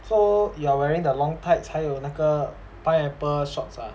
so you are wearing the long tights 还有那个 pineapple shorts ah